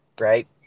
Right